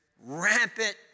rampant